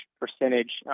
percentage